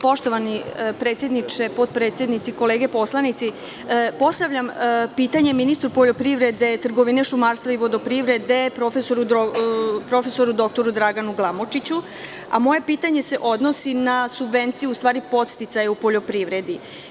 Poštovani predsedniče, potpredsednici, kolege poslanici, postavljam pitanje ministru poljoprivrede, trgovine, šumarstva i vodoprivrede, profesoru dr Draganu Glamočiću, a moje pitanje se odnosi na subvenciju, u stvari podsticaju poljoprivredi.